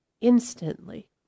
instantly